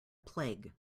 plague